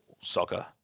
soccer